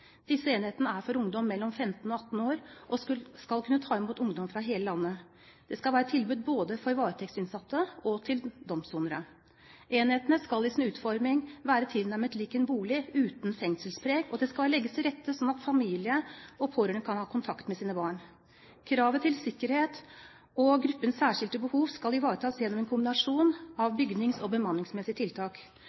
Disse enhetene er for ungdom mellom 15 og 18 år og skal kunne ta imot ungdom fra hele landet. Det skal være et tilbud både til varetektsinnsatte og til domssonere. Enhetene skal i sin utforming være tilnærmet lik en bolig uten fengselspreg, og de skal tilrettelegges slik at familie og pårørende kan ha kontakt med sine barn. Kravet til sikkerhet og gruppens særskilte behov skal ivaretas gjennom en kombinasjon av bygnings- og bemanningsmessige tiltak.